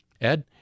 Ed